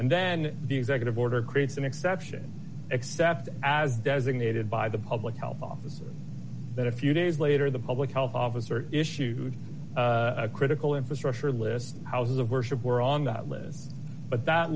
and then the executive order creates an exception except as designated by the public health officer that a few days later the public health officer issued a critical infrastructure list houses of worship were on that list but that